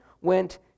went